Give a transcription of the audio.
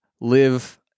live